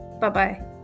Bye-bye